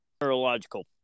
neurological